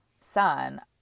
son